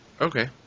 Okay